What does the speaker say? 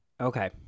okay